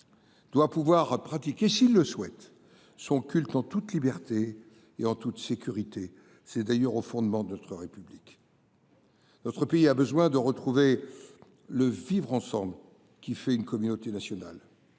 doit pouvoir pratiquer, s'il le souhaite, son culte en toute liberté et en toute sécurité. C'est d'ailleurs au fondement de notre République. Notre pays a besoin de retrouver le vivre ensemble qui fait une communauté nationale.